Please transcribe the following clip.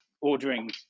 ordering